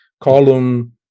column